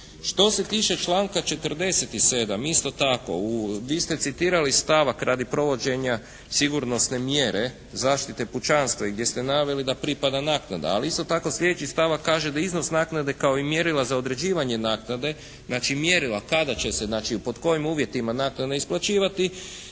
Što se tiče članka 47. isto tako, vi ste citirali stavak radi provođenja sigurnosne mjere zaštite pučanstva i gdje ste naveli da pripada naknada. Ali isto tako slijedeći stavak kaže da iznos naknade kao i mjerila za određivanje naknade, znači mjerila kada će se i pod kojim uvjetima naknada isplaćivati